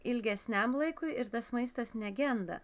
ilgesniam laikui ir tas maistas negenda